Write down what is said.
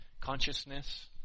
consciousness